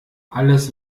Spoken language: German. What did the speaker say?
alles